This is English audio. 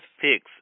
fix